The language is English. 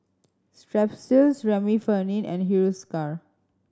Strepsils Remifemin and Hiruscar